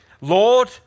Lord